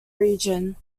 region